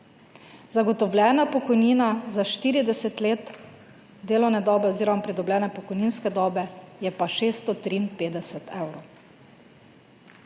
Zagotovljena pokojnina za 40 let delovne dobe oziroma pridobljene pokojninske dobe je pa 653 evrov.